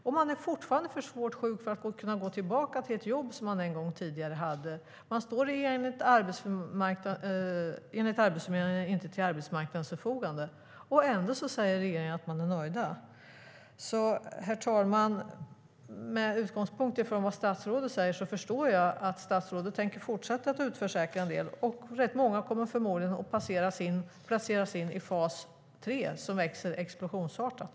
Och man är fortfarande för svårt sjuk för att kunna gå tillbaka till det jobb som man tidigare hade. Enligt Arbetsförmedlingen står man inte till arbetsmarknadens förfogande. Ändå säger regeringen att den är nöjd. Herr talman! Med utgångspunkt från vad statsrådet säger förstår jag att statsrådet tänker fortsätta att utförsäkra en del och att rätt många förmodligen kommer att placeras in i fas 3, som växer explosionsartat.